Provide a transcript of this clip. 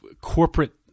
corporate